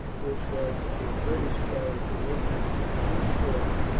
which was a british characteristic, was too strong,